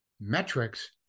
metrics